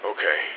Okay